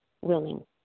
willing